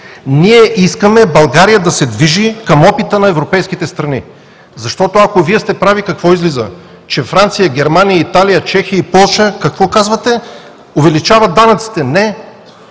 Ние искаме България да се движи към опита на европейските страни. Ако Вие сте прави, какво излиза – че Франция, Германия, Италия, Чехия и Полша увеличават данъците? Не,